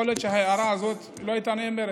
יכול להיות שההערה הזאת לא הייתה נאמרת.